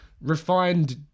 refined